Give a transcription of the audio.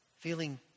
feeling